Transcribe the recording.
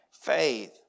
faith